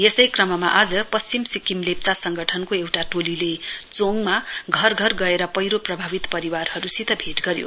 यसै क्रममा आज पश्चिम सिक्किम लेप्चा संगठनको एउटा टोलीले चोङमा घर घर गएर पैह्रो प्रभावित परिवारहरूसित भैट गर्यो